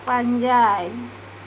ᱯᱟᱸᱡᱟᱭ